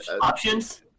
Options